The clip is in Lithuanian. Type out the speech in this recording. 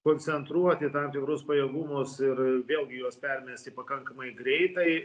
koncentruoti tam tikrus pajėgumus ir vėlgi juos permesti pakankamai greitai